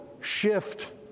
shift